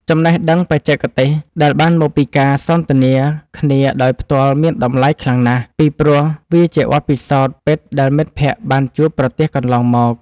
ចំណេះដឹងបច្ចេកទេសដែលបានមកពីការសន្ទនាគ្នាដោយផ្ទាល់មានតម្លៃខ្លាំងណាស់ ពីព្រោះ វាជាបទពិសោធន៍ពិតដែលមិត្តភក្តិបានជួបប្រទះកន្លងមក។